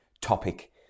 topic